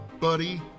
buddy